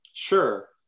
Sure